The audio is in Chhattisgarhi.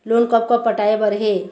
लोन कब कब पटाए बर हे?